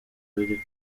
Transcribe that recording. biriko